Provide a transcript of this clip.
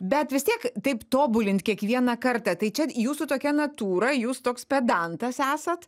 bet vis tiek taip tobulint kiekvieną kartą tai čia jūsų tokia natūra jūs toks pedantas esat